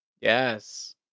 Yes